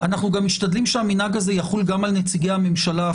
אנחנו גם משתדלים שהמנהג הזה יחול גם על נציגי הממשלה,